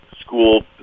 school